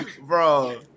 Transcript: Bro